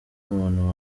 muntu